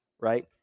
right